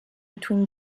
between